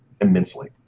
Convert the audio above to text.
immensely